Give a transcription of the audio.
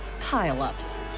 pile-ups